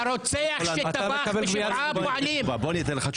הרוצח שטבח בשבעה פועלים --- בוא אני אתן לך תשובה,